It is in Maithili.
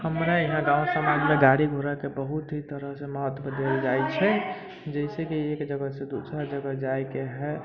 हमरा यहाँ गाँव समाजमे गाड़ी घोड़ाके बहुते तरहसँ महत्व देल जाइ छै जैसेकि एक जगहसँ दोसर जगह जाइके है